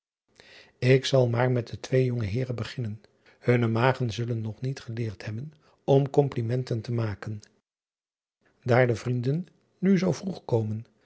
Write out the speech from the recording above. k zal maar met de twee jonge heeren beginnen unne magen zullen nog niet geleerd hebben om komplimenten te maken aar de vrienden nu zoo vroeg komen